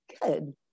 good